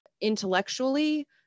intellectually